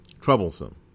troublesome